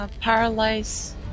Paralyze